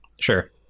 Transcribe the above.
Sure